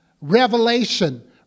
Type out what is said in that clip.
revelation